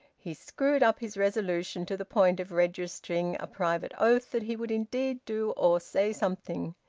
he screwed up his resolution to the point of registering a private oath that he would indeed do or say something.